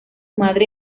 madre